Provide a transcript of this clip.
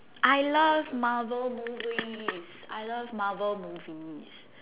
I love marvel movies I love marvel movies